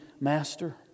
Master